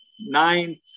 ninth